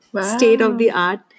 state-of-the-art